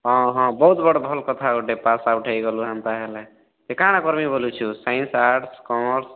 ହଁ ହଁ ବହୁତ୍ ବଡ଼ ଭଲ୍ କଥା ପାସ୍ଆଉଟ୍ ହେଇଗଲୁ ହେନ୍ତା ହେଲେ କାଣା କର୍ମି ବୋଲୁଛୁ ସାଇନ୍ସ ଆର୍ଟ କମର୍ସ